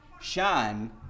Shine